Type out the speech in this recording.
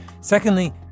Secondly